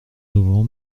novembre